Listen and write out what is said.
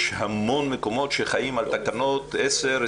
יש המון מקומות שחיים עם תקנות עשר,